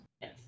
yes